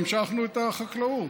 המשכנו את החקלאות.